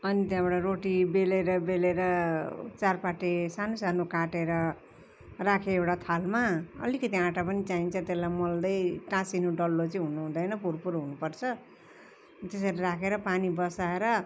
on त्यहाँबड रोटी बेलेर बेलेर चारपाटे सानु सानु काटेर राखेँ एउडा थालमा अलिकति आँटा पनि चाहिन्छ तेल्लाई मोल्दै टासिनु डल्लो चैं हुनु हुँदैन फुर फुर हुनुपर्छ त्यसरि राखेर पानी बसाएर